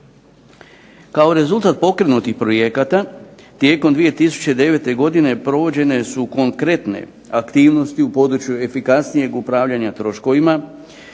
Kao rezultat pokrenutih projekata tijekom 2009. godine provođene su konkretne aktivnosti u području efikasnijeg upravljanja troškovima,